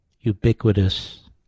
ubiquitous